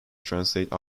translate